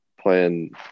playing